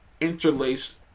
interlaced